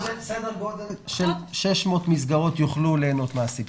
סדר גודל של 600 מסגרות יוכלו ליהנות מהסבסוד.